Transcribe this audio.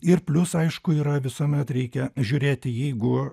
ir plius aišku yra visuomet reikia žiūrėti jeigu